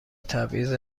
تبعیض